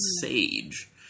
sage